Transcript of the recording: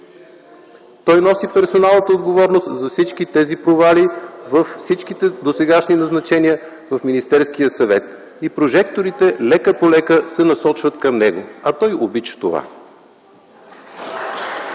Той носи персоналната отговорност за всички тези провали във всичките досегашни назначения в Министерския съвет и прожекторите лека-полека се насочват към него, а той обича това.